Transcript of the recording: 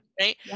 right